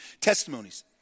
testimonies